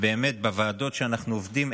בוועדות שאנחנו עובדים,